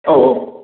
औ औ